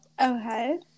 Okay